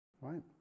right